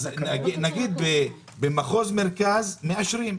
נגיד, במחוז מרכז מאשרים.